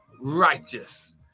righteous